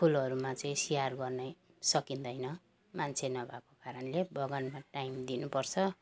फुलहरूमा चाहिँ स्याहार गर्नै सकिँदैन मान्छे नभएको कारणले बगानमा टाइम दिनु पर्छ